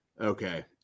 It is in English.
Okay